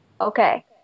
Okay